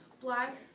black